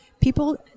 people